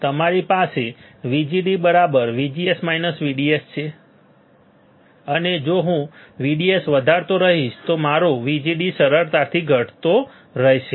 તમારી પાસે આ VGD VGS VDS છે પણ જો હું VDS વધારતો રહીશ તો મારો VGD સરળતાથી ઘટતો રહેશે